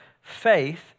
faith